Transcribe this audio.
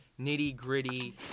nitty-gritty